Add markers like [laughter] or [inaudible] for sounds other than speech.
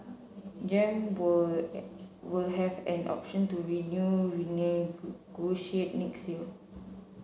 Gem [unintelligible] will have an option to renew [unintelligible] next year